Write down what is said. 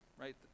right